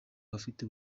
bafite